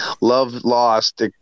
love-lost